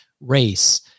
race